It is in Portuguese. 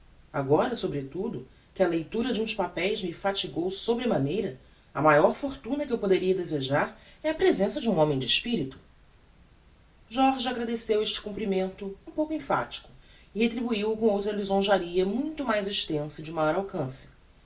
agora sobretudo que a leitura de uns papeis me fatigou sobre maneira a maior fortuna que eu poderia desejar é a presença de um homem de espirito jorge agradeceu este comprimento um pouco emphatico e retribuiu o com outra lisonjaria muito mais extensa e de maior alcance